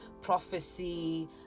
prophecy